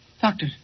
Doctor